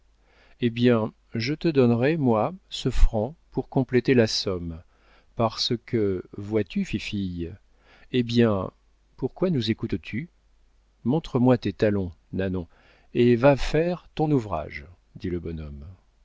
eh bien je te donnerai moi ce franc pour compléter la somme parce que vois-tu fifille hé bien pourquoi nous écoutes tu montre-moi tes talons nanon et va faire ton ouvrage dit le bonhomme